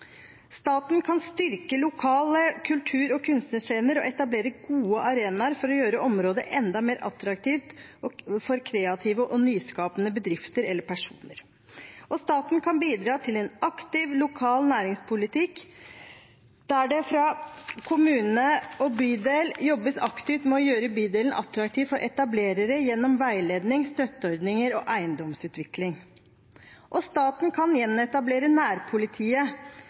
Staten kan styrke lokale kultur- og kunstnerscener og etablere gode arenaer for å gjøre området enda mer attraktivt for kreative og nyskapende bedrifter eller personer. Staten kan bidra til en aktiv lokal næringspolitikk der det fra kommune og bydel jobbes aktivt med å gjøre bydelen attraktiv for etablerere, gjennom veiledning, støtteordninger og eiendomsutvikling. Staten kan gjenetablere nærpolitiet